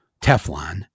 teflon